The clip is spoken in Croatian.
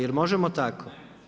Jel možemo tako?